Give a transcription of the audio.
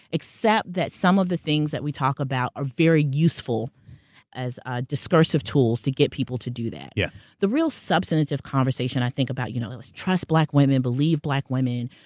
except that some of the things that we talk about are very useful as ah discursive tools to get people to do that. yeah the real substantive conversation i think about, you know it was trust black women, believe black women,